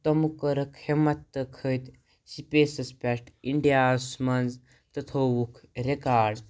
تِم کٔرٕکھ ہمت تہٕ کھٔتۍ سٕپیسَس پٮ۪ٹھ اِنڈیاہَس منٛز تہٕ تھووُکھ رِکاڈ